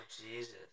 Jesus